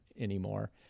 anymore